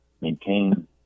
maintain